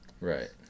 Right